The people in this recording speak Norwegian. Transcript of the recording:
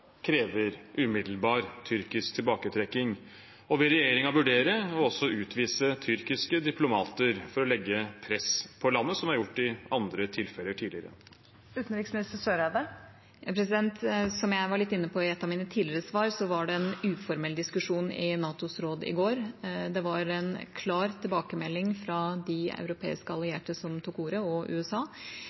krever umiddelbar tyrkisk tilbaketrekning? Vil regjeringen også vurdere å utvise tyrkiske diplomater for å legge press på landet, slik vi har gjort i andre tilfeller tidligere? Som jeg var litt inne på i et av mine tidligere svar, var det en uformell diskusjon i NATOs råd i går. Det var en klar tilbakemelding fra de europeiske allierte som tok ordet, og fra USA,